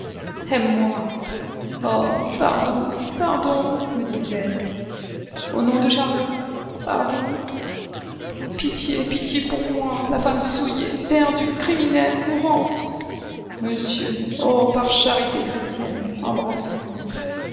t'aime aime-moi oh pardon pardon me dit-elle au nom de charlot pardon pitié pitié pour moi la femme souillée perdue criminelle mourante monsieur oh par charité chrétienne embrassez-moi